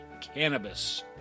cannabis